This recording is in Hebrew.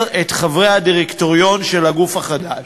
את חברי הדירקטוריון של הגוף החדש.